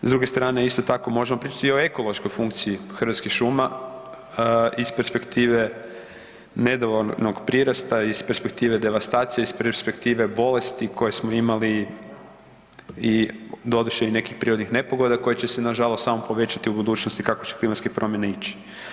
S druge strane isto tako možemo pričati i o ekološkoj funkciji Hrvatskih šuma iz perspektive nedovoljnog prirasta, iz perspektive devastacije, iz perspektive bolesti koje smo imali i doduše i nekih prirodnih nepogoda koje će se nažalost samo povećati u budućnosti kako će klimatske promjene ići.